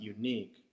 unique